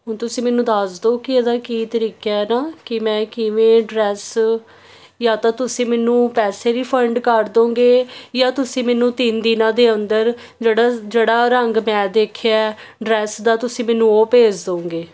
ਹੁਣ ਤੁਸੀਂ ਮੈਨੂੰ ਦੱਸ ਦਿਓ ਕਿ ਇਹਦਾ ਕੀ ਤਰੀਕਾ ਹੈ ਨਾ ਕਿ ਮੈਂ ਕਿਵੇਂ ਡਰੈਸ ਜਾਂ ਤਾਂ ਤੁਸੀਂ ਮੈਨੂੰ ਪੈਸੇ ਰਿਫੰਡ ਕਰਦੋਂਗੇ ਜਾਂ ਤੁਸੀਂ ਮੈਨੂੰ ਤਿੰਨ ਦਿਨਾਂ ਦੇ ਅੰਦਰ ਜਿਹੜਾ ਜਿਹੜਾ ਰੰਗ ਮੈਂ ਦੇਖਿਆ ਡਰੈਸ ਦਾ ਤੁਸੀਂ ਮੈਨੂੰ ਉਹ ਭੇਜ ਦੋਂਗੇ